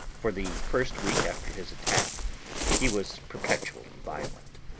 for the first week after his attack he was perpetually violent.